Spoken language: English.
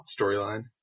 storyline